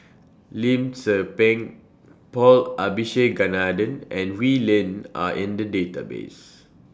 Lim Tze Peng Paul Abisheganaden and Wee Lin Are in The databases